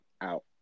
out